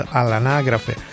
all'anagrafe